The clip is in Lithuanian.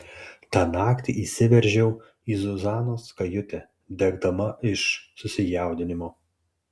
tą naktį įsiveržiau į zuzanos kajutę degdama iš susijaudinimo